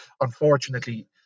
unfortunately